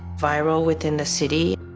viral within the city,